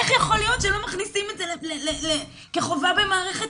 איך יכול להיות שלא מכניסים את זה כחובה במערכת?